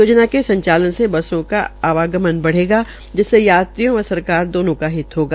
योजना का संचालन से बसों का आवरगमन बढ़ेगा जिससे यात्रियों व सरकार दोनों का हित होगा